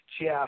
Jeff